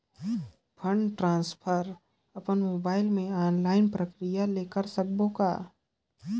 Fund transfer अपन mobile मे online प्रक्रिया ले कर सकबो कौन?